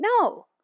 No